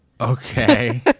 okay